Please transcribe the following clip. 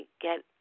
get